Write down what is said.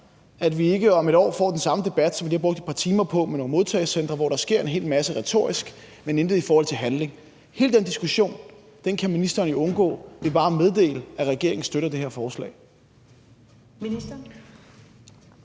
at vi ikke om et år får den samme debat, som vi lige har brugt et par timer på, med nogle modtagecentre, hvor der sker en hel masse retorisk, men intet i forhold til handling? Hele den diskussion kan ministeren jo undgå ved bare at meddele, at regeringen støtter det her forslag. Kl.